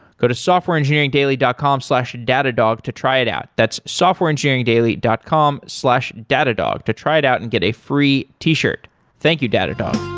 go to softwareengineeringdaily dot com slash datadog to try it out. that's softwareengineeringdaily dot com slash datadog to try it out and get a free t-shirt thank you, datadog